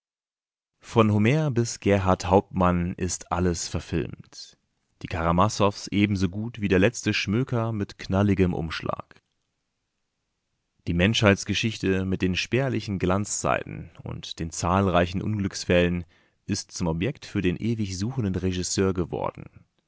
von homer bis gerhart hauptmann ist alles verfilmt die karamassoffs ebensogut wie der letzte schmöker mit knalligem umschlag die menschheitsgeschichte mit den spärlichen glanzzeiten und den zahlreichen unglücksfällen ist zum objekt für den ewig suchenden regisseur geworden